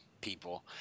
people